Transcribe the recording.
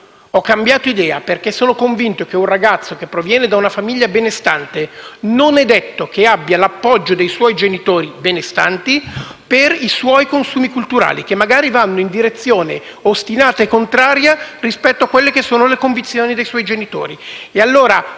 ho cambiato idea, perché sono convinto che non è detto che un ragazzo proveniente da una famiglia benestante abbia l'appoggio dei genitori benestanti per i suoi consumi culturali, che magari vanno in direzione ostinata e contraria rispetto a quelle che sono le convinzioni dei suoi genitori.